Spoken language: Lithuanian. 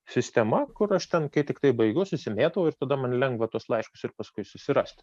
sistema kur aš ten kai tiktai baigiau susimėtau ir tada man lengva tuos laiškus ir paskui susirasti